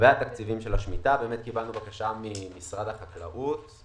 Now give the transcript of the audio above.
ממשרד החקלאות.